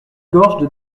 gorges